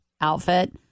outfit